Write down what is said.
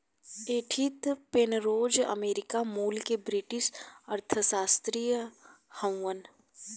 Edith Penrose America मूल के British अर्थशास्त्री हउवन